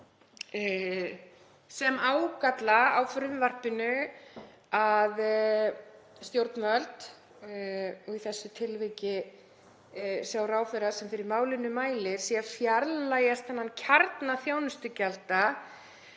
sem ágalla á frumvarpinu að stjórnvöld, í þessu tilviki sá ráðherra sem mælir fyrir málinu, séu að fjarlægjast þennan kjarna þjónustugjalda.